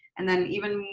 and then even,